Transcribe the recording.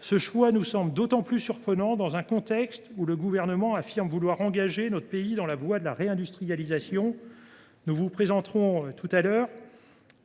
Ce choix nous semble d’autant plus surprenant dans un contexte où le Gouvernement affirme vouloir engager notre pays dans la voie de la réindustrialisation. Nous vous présenterons tout à l’heure